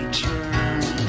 turn